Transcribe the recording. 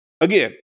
Again